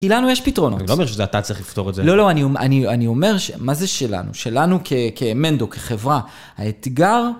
כי לנו יש פתרונות. אני לא אומר שאתה צריך לפתור את זה. לא, לא, אני אומר ש... מה זה שלנו? שלנו כמנדו, כחברה, האתגר...